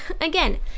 Again